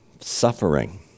suffering